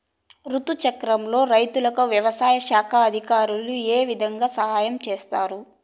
రుతు చక్రంలో రైతుకు వ్యవసాయ శాఖ అధికారులు ఏ విధంగా సహాయం చేస్తారు?